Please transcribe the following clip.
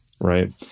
right